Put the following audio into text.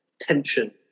tension